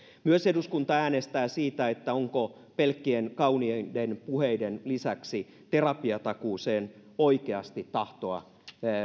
eduskunta äänestää myös siitä onko pelkkien kauniiden puheiden lisäksi terapiatakuuseen oikeasti tahtoa